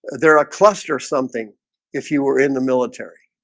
they're a cluster something if you were in the military,